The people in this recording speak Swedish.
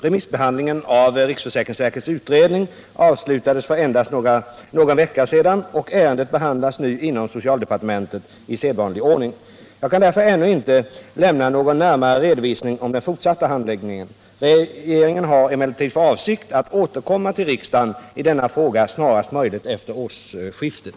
Remissbehandlingen av riksförsäkringsverkets utredning avslutades för endast någon vecka sedan och ärendet behandlas nu inom socialdepartementet i sedvanlig ordning. Jag kan därför ännu inte lämna någon närmare redovisning om den fortsatta handläggningen. Regeringen har emellertid för avsikt att återkomma till riksdagen i denna fråga snarast möjligt efter årsskiftet.